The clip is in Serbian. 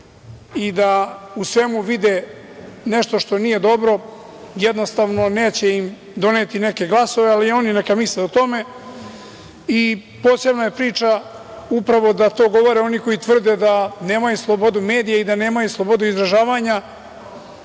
i da u svemu vide nešto što nije dobro, jednostavno neće im doneti neke glasove, ali oni neka misle o tome. Posebna je priča da to govore oni koji tvrde da nemaju slobodu medija i da nemaju slobodu izražavanja,